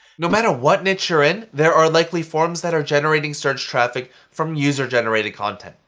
no matter what niche you're in, there are likely forums that are generating search traffic from user generated content.